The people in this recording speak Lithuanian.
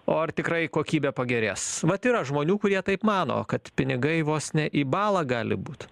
o ar tikrai kokybė pagerės vat yra žmonių kurie taip mano kad pinigai vos ne į balą gali būt